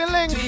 Link